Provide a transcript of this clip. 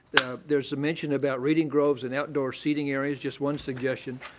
there's a mention about reading groves and outdoor seating areas. just one suggestion,